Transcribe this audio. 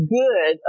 good